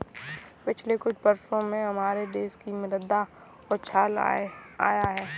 पिछले कुछ वर्षों में हमारे देश की मुद्रा में उछाल आया है